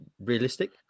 realistic